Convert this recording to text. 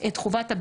צהריים טובים.